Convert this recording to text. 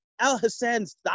Al-Hassan's